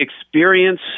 experience